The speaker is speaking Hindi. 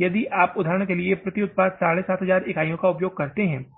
यदि आप उदाहरण के लिए प्रति उत्पाद 7500 इकाई का उपयोग करें